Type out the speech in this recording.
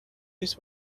this